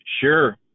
Sure